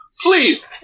Please